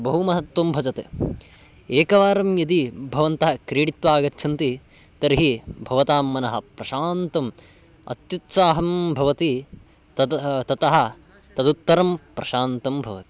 बहु महत्वं भजते एकवारं यदि भवन्तः क्रीडित्वा आगच्छन्ति तर्हि भवतां मनः प्रशान्तम् अत्युत्साहं भवति तत् ततः तदुत्तरं प्रशान्तं भवति